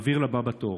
מעביר לבא בתור,